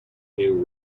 new